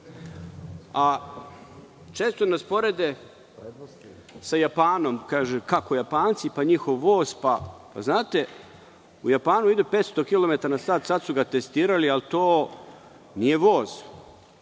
nas porede sa Japanom. Kažu kako Japanci, pa njihov voz, znate u Japanu ide 500 kilometara na sat, sad su ga testirali, ali to nije voz,